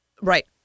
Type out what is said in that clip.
Right